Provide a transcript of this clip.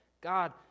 God